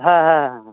ᱦᱮ ᱦᱮ ᱦᱮᱸ ᱦᱮᱸ ᱦᱮᱸ